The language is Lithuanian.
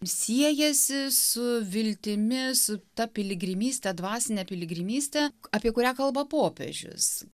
siejasi su viltimi su ta piligrimyste dvasine piligrimyste apie kurią kalba popiežius